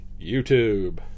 YouTube